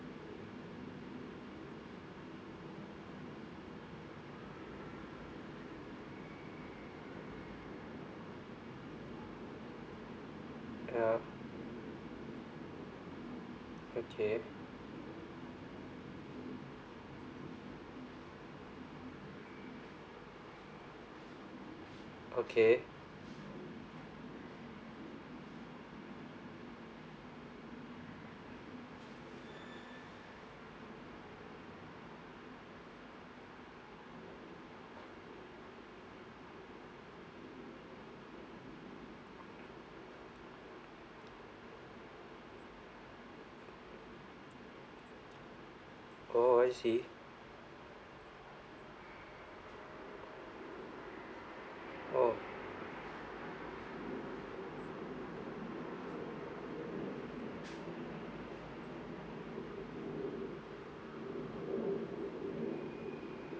ya okay okay oh I see oh